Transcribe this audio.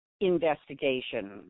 investigation